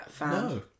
No